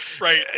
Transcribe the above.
right